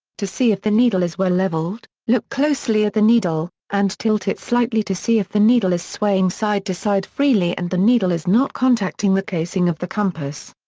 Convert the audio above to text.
to see if the needle is well leveled, look closely at the needle, and tilt it slightly to see if the needle is swaying side to side freely and the needle is not contacting the casing of the compass.